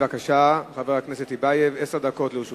בבקשה, חבר הכנסת טיבייב, עשר דקות לרשותך.